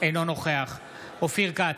אינו נוכח אופיר כץ,